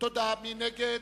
מי נגד?